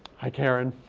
hi, karen.